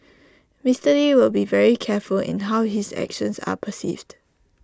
Mister lee will be very careful in how his actions are perceived